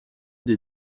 des